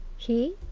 he?